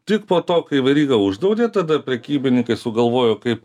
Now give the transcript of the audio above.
tik po to kai veryga uždraudė tada prekybininkai sugalvojo kaip